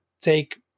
take